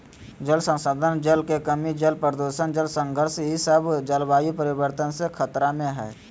जल संसाधन, जल के कमी, जल प्रदूषण, जल संघर्ष ई सब जलवायु परिवर्तन से खतरा में हइ